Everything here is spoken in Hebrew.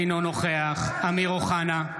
אינו נוכח אמיר אוחנה,